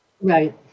Right